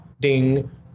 ding